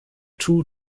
two